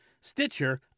Stitcher